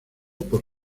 por